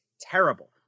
terrible